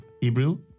Hebrew